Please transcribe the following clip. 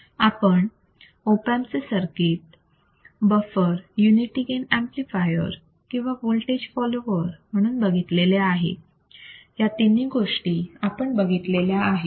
आपण op amp चे circuit buffer unity gain amplifier किंवा वोल्टेज फॉलोवर म्हणून बघितलेले आहे या तिन्ही गोष्टी आपण बघितलेल्या आहेत